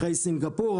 אחרי סינגפור,